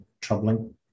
troubling